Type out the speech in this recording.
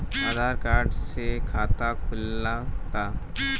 आधार card से खाता खुले ला का?